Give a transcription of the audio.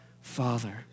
Father